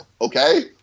okay